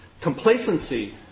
Complacency